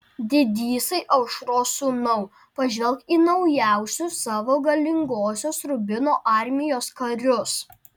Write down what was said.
didysai aušros sūnau pažvelk į naujausius savo galingosios rubino armijos karius